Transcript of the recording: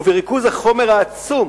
ובריכוז החומר העצום